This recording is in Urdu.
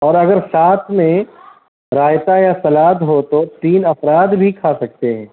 اور اگر ساتھ میں رائتاہ یا سلاد ہو تو تین افراد بھی کھا سکتے ہیں